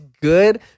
good